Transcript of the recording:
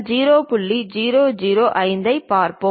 005 ஐப் பார்ப்போம்